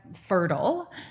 fertile